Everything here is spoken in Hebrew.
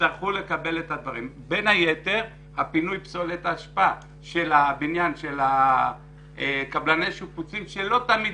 גם פינוי פסולת בניין של קבלני שיפוצים שלא תמיד